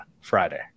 Friday